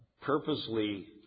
purposely